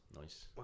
nice